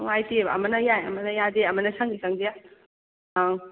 ꯅꯨꯉꯥꯏꯇꯦꯕ ꯑꯃꯅ ꯌꯥꯏ ꯑꯃꯅ ꯌꯥꯗꯦ ꯑꯃꯅ ꯁꯪꯏ ꯁꯪꯗꯦ ꯑꯪ